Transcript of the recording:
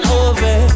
over